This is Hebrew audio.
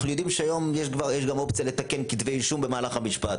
אנחנו יודעים שהיום יש גם אופציה לתקן כתבי אישום במהלך המשפט.